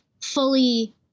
fully